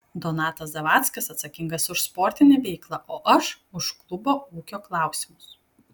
donatas zavackas atsakingas už sportinę veiklą o aš už klubo ūkio klausimus